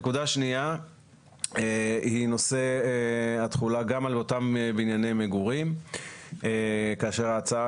נקודה שנייה היא נושא התחולה גם על אותם בנייני מגורים כאשר ההצעה